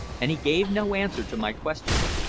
and he gave no answer to my question.